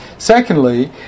Secondly